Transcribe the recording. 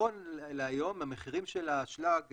נכון להיום המחירים של האשלג,